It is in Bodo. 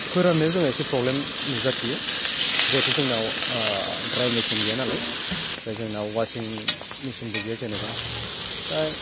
फोराननायाव जाहा एसे प्रब्लेम नुजाथियो जिहेतु जोंनाव ड्राइ मेचिन गैया नालाय ओमफ्राय जोंनाव अवासिं मेचिनबो गैया जेनेबा ओमफ्राय